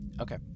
Okay